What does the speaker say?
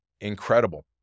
incredible